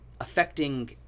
affecting